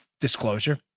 Disclosure